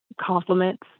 compliments